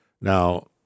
Now